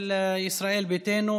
של ישראל ביתנו,